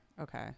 okay